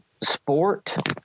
sport